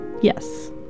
Yes